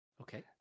Okay